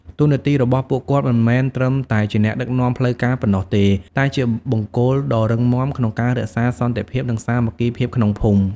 តួនាទីរបស់ពួកគាត់មិនមែនត្រឹមតែជាអ្នកដឹកនាំផ្លូវការប៉ុណ្ណោះទេ តែជាបង្គោលដ៏រឹងមាំក្នុងការរក្សាសន្តិភាព និងសាមគ្គីភាពក្នុងភូមិ។